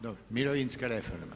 Dobro, mirovinska reforma.